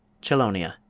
chelonia.